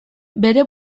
bere